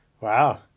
wow